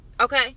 okay